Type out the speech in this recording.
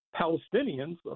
Palestinians